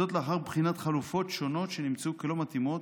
זאת, לאחר בחינת חלופות שונות שנמצאו כלא מתאימות,